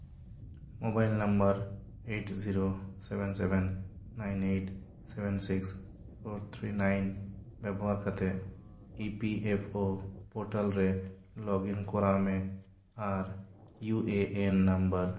mobile number eight zero seven seven nine eight seven six four three nine ᱵᱮᱵᱚᱦᱟᱨ ᱠᱟᱛᱮ E P F O portal ᱨᱮ login ᱠᱚᱨᱟᱣ ᱢᱮ ᱟᱨ U A N number